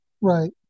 Right